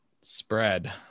spread